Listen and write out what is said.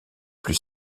plus